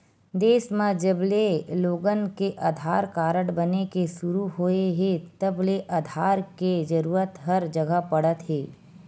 देस म जबले लोगन के आधार कारड बने के सुरू होए हे तब ले आधार के जरूरत हर जघा पड़त हे